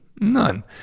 None